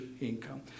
income